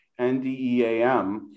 NDEAM